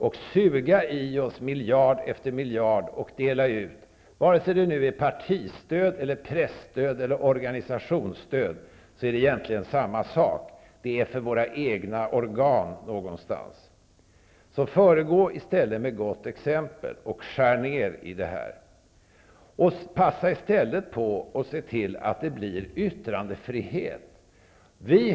Vi suger i oss miljard efter miljard som vi sedan delar ut. Vare sig det är fråga om partistöd, presstöd eller organisationsstöd är det egentligen samma sak: Vi delar ut pengar till våra egna organ. Föregå i stället med gott exempel och skär ner på stöden! Passa på att se till att det blir yttrandefrihet!